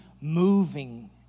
moving